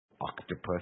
Octopus